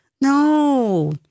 no